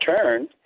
turn